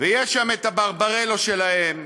ויש שם הברברלו שלהם,